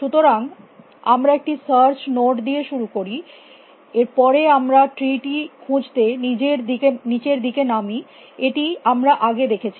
সুতরাং আমরা একটি সার্চ নোড দিয়ে শুরু করি এর পরে আমরা ট্রি টি খুঁজতে নিচের দিকে নামি এটি আমরা আগে দেখেছি